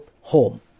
home